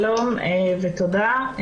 שלום ותודה.